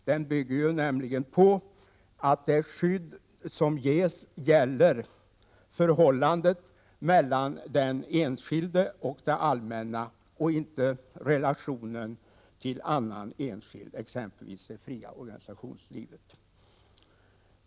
Den bygger ju på att det skydd som ges skall gälla förhållandet mellan den enskilde och det allmänna och inte relationen till annan enskild part, exempelvis det fria organisationslivet.